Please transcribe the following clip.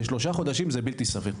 בשלושה חודשים זה בלתי סביר.